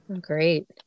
Great